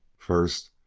first,